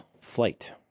flight